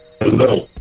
Hello